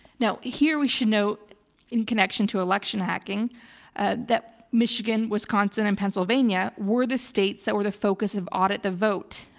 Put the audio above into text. now here we should note in connection connection to election hacking ah that michigan, wisconsin, and pennsylvania were the states that were the focus of audit the vote,